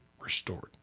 restored